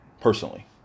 personally